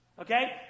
Okay